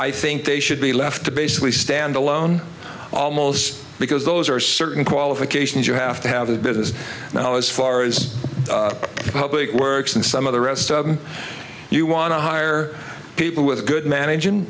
i think they should be left to basically stand alone almost because those are certain qualifications you have to have a business now as far as public works and some of the rest of you want to hire people with good manage